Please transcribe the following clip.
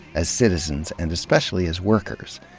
as citizens and especially as workers?